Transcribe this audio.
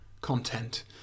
content